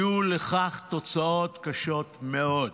יהיו לכך תוצאות קשות מאוד.